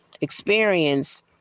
experience